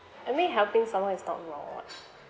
I mean helping someone is not wrong